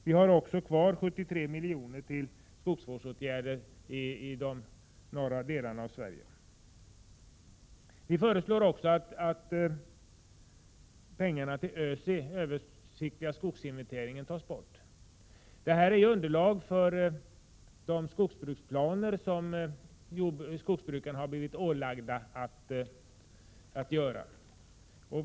Vi har också kvar 73 milj.kr. till skogsvårdsåtgärder i de norra delarna av Sverige. Vidare föreslår vi att pengarna till den översiktliga skogsinventeringen tas bort. Det ingår i det underlag för de skogsbruksplaner som skogsbrukarna har blivit ålagda att upprätta.